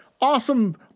awesome